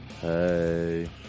Hey